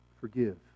forgive